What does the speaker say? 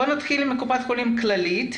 נתחיל עם קופת חולים כללית,